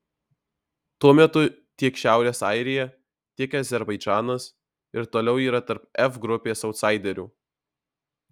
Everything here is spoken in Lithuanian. tuo metu tiek šiaurės airija tiek azerbaidžanas ir toliau yra tarp f grupės autsaiderių